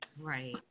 right